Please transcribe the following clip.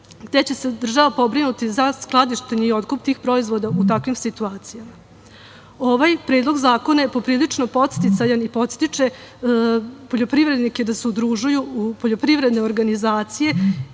gde će se država pobrinuti za skladištenje i otkup tih proizvoda u takvim situacijama. Ovaj predlog zakona je poprilično podsticajan i podstiče poljoprivrednike da se udružuju u poljoprivredne organizacije,